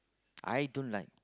I don't like